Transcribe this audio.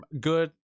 good